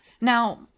now